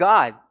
God